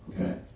okay